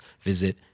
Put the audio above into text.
visit